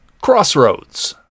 Crossroads